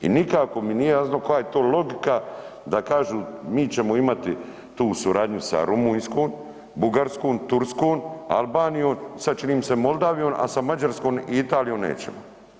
I nikako mi nije jasno koja je to logika da kažu mi ćemo imati tu suradnju sa Rumunjskom, Bugarskom, Turskom, Albanijom, sad, čini mi se Moldavijom, a sa Mađarskom i Italijom nećemo.